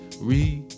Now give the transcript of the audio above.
re